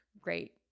great